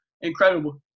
incredible